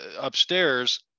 upstairs